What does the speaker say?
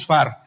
Far